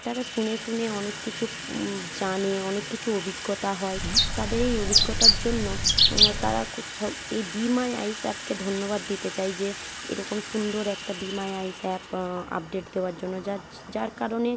তারা শুনে শুনে অনেক কিছু জানে অনেক কিছু অভিজ্ঞতা হয় তাদের এই অভিজ্ঞতার জন্য তারা খুব এই বি মাই আইস অ্যাপকে ধন্যবাদ দিতে চায় যে এরকম সুন্দর একটা Be My Eyes app update দেওয়ার জন্য যার কারণে